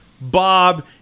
Bob